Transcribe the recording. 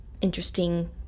interesting